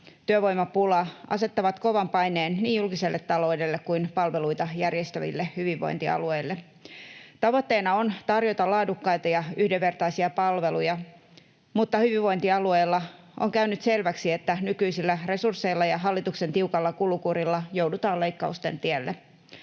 työvoimapula asettavat kovan paineen niin julkiselle taloudelle kuin palveluita järjestäville hyvinvointialueille. Tavoitteena on tarjota laadukkaita ja yhdenvertaisia palveluja, mutta hyvinvointialueilla on käynyt selväksi, että nykyisillä resursseilla ja hallituksen tiukalla kulukurilla joudutaan leikkausten tielle.